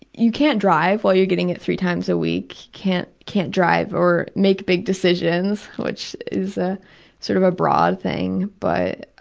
you can't drive while you're getting it three times a week. can't can't drive or make big decisions, which is ah sort of a broad thing. but